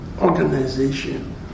organization